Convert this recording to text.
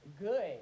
good